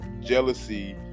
jealousy